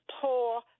poor